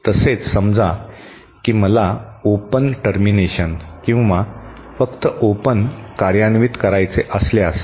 तसेच समजा की मला ओपन टर्मिनेशन किंवा फक्त ओपन कार्यान्वित करायचे असल्यास